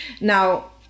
Now